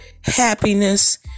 happiness